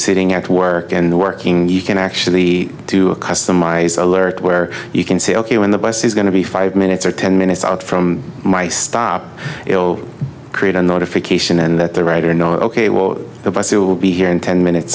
sitting at work and working you can actually do a customized alert where you can say ok when the bus is going to be five minutes or ten minutes out from my stop it will create a notification and the writer know ok well the bus it will be here in ten minutes